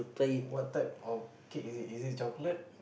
what type of cake is it is it chocolate